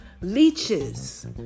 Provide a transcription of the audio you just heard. Leeches